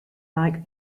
like